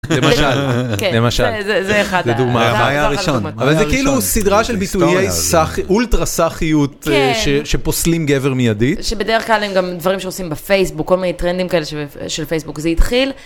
למשל, למשל, זה, זה דוגמה, זה כאילו סדרה של ביטויי אולטרה סאחיות שפוסלים גבר מיידית. שבדרך כלל הם גם דברים שעושים בפייסבוק, כל מיני טרנדים כאלה של פייסבוק, זה התחיל.